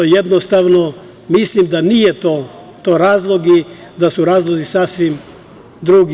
Jednostavno, mislim da nije to razlog i da su razlozi sasvim drugi.